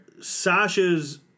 Sasha's